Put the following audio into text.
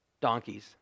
donkeys